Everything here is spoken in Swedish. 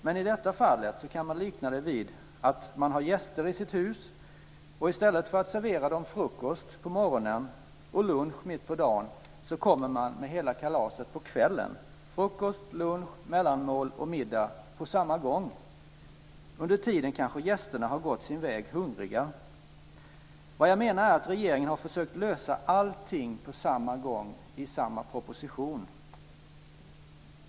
Men i detta fall kan man likna det vid att man har gäster i sitt hus, och i stället för att servera dem frukost på morgonen och lunch mitt på dagen kommer man med hela kalaset på kvällen - frukost, lunch, mellanmål och middag på samma gång. Under tiden kanske gästerna har gått sin väg hungriga. Regeringen har försökt att lösa allting på samma gång i samma proposition.